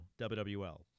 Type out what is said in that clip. WWL